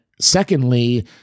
secondly